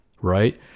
right